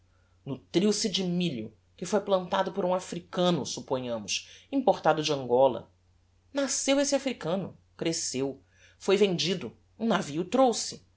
frango nutriu se de milho que foi plantado por um africano supponhamos importado de angola nasceu esse africano cresceu foi vendido um navio o trouxe